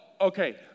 okay